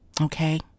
Okay